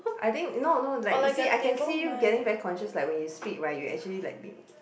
I think no no like you see I can see you getting very conscious like when you speak right you actually like been